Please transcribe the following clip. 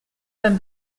beim